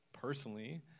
Personally